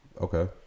Okay